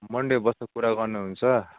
Monday बसेर कुरा गर्नुहुन्छ